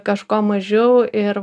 kažko mažiau ir